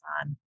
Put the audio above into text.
on